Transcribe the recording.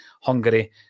Hungary